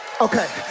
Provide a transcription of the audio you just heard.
Okay